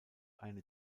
eine